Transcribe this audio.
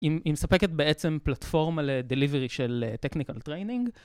היא מספקת בעצם פלטפורמה ל-Delivery של technical training